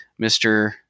Mr